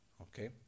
Okay